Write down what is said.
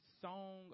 song